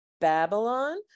Babylon